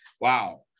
wow